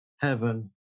heaven